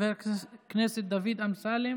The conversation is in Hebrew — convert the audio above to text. חבר הכנסת דוד אמסלם